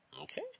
Okay